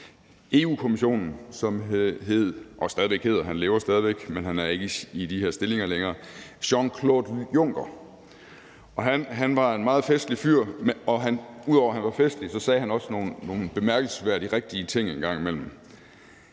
Europa-Kommissionen, og som hed – og stadig væk hedder, for han lever stadig væk, men han er ikke i de her stillinger længere – Jean-Claude Juncker. Han var en meget festlig fyr, og ud over at han var festlig, sagde han også nogle bemærkelsesværdigt rigtige ting en gang imellem.